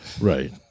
Right